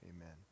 amen